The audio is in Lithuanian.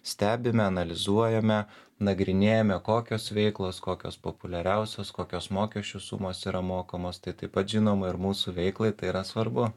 stebime analizuojame nagrinėjame kokios veiklos kokios populiariausios kokios mokesčių sumos yra mokamos tai taip pat žinoma ir mūsų veiklai tai yra svarbu